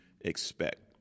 expect